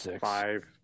five